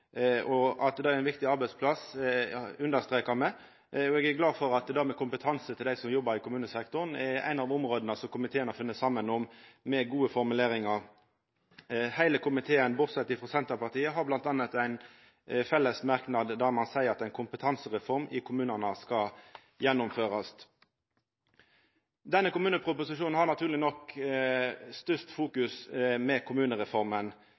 vårt. At det er ein viktig arbeidsplass understrekar me. Eg er glad for at kompetanse til dei som jobbar i kommunesektoren, er eit av områda der komiteen saman har funne fram til gode formuleringar. Heile komiteen bortsett frå Senterpartiet har m.a. ein felles merknad der ein seier at ei kompetansereform i kommunane skal gjennomførast. I denne kommuneproposisjonen blir det naturleg nok mest fokusert på kommunereforma.